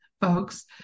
folks